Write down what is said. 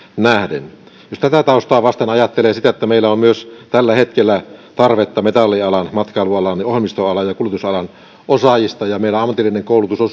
nähden tätä taustaa vasten voi ajatella sitä että meillä on myös tällä hetkellä tarvetta metallialan matkailualan ohjelmistoalan ja kuljetusalan osaajista ja meillä ammatillinen koulutus on